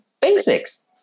basics